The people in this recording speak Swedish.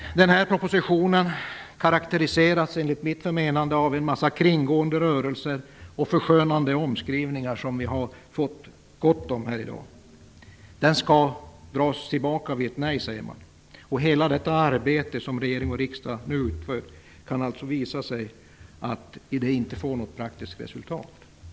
Propositionen karakteriseras enligt mitt förmenande av en mängd kringgående rörelser och förskönande omskrivningar, som vi har fått gott om i dag. Man säger att propositionen skall dras tillbaka vid ett nej. Det kan visa sig att hela detta arbete som regering och riksdag nu utför inte får något praktiskt resultat.